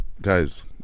Guys